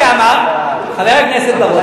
חבר הכנסת בר-און,